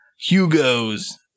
Hugo's